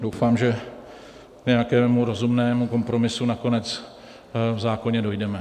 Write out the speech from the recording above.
Doufám, že k nějakému rozumnému kompromisu nakonec v zákoně dojdeme.